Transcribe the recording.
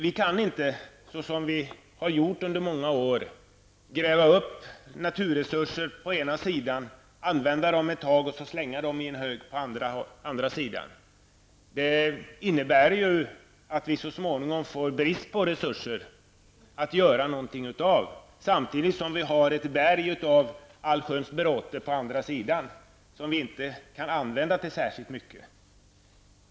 Vi kan inte såsom vi gjort under många år på ena sidan gräva upp naturresurser, använda dem ett tag och sedan slänga dem i en hög på andra sidan. Det innebär att vi så småningom får brist på resurser att göra någonting av, samtidigt som vi har ett berg av allsköns bråte på andra sidan som vi inte kan använda till särskilt mycket.